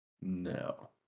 No